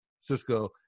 Cisco